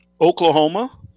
Oklahoma